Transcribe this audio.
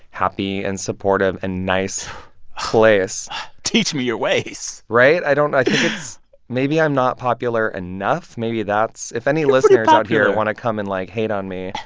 happy and supportive and nice place teach me your ways right? i don't know. i think it's maybe i'm not popular enough. maybe that's if any listeners out here want to come and like hate on me.